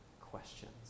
questions